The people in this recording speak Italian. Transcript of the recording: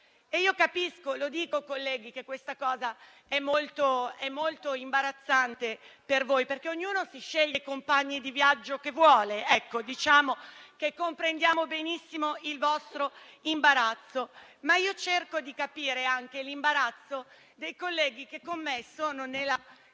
Capisco, colleghi, che questa cosa sia molto imbarazzante per voi, ma ognuno si sceglie i compagni di viaggio che vuole. Diciamo che comprendiamo benissimo il vostro imbarazzo, ma io cerco di capire anche l'imbarazzo dei colleghi che con me sono nella